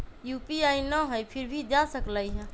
UPI न हई फिर भी जा सकलई ह?